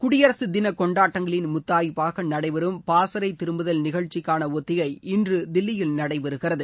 குடியரசு தின கொண்டாட்டங்களின் முத்தாய்ப்பாக நடைபெறும் பாசறை திரும்புதல் நிகழ்ச்சிக்கான ஒத்திகை இன்று தில்லியில் நடைபெறுகிறது